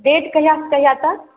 date कहियासँ कहिया तक